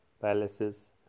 palaces